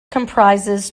comprises